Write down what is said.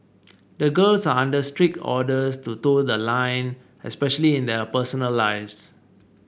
the girls are under strict orders to toe the line especially in their personal lives